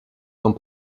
sont